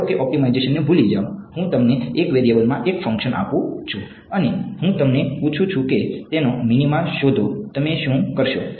ધારો કે ઓપ્ટિમાઇઝેશનને ભૂલી જાવ હું તમને 1 વેરીએબલમાં એક ફંક્શન આપું છું અને હું તમને પૂછું છું કે તેનો મિનિમા શોધો તમે શું કરશો